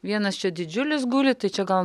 vienas čia didžiulis guli tai čia gal